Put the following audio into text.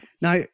Now